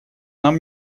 нам